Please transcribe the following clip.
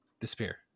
disappear